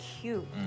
cute